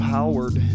Howard